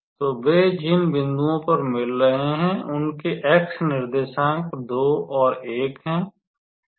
तो वे जिन बिंदुओं पर मिल रहे हैं उनके x निर्देशांक 2 और 1 हैं